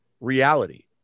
reality